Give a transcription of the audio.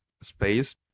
space